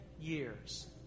years